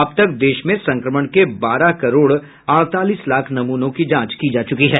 अब तक देश में संक्रमण के बारह करोड अड़तालीस लाख नमूनों की जांच की जा चुकी है